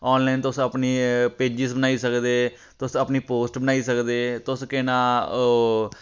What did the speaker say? online तुस अपनी pages बनाई सकदे तुस अपनी पोस्ट बनाई सकदे तुस केह् नांऽ ओह्